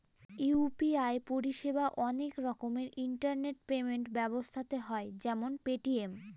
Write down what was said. UPI পরিষেবা অনেক রকমের ইন্টারনেট পেমেন্ট ব্যবস্থাতে হয় যেমন পেটিএম